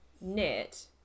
knit